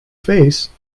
face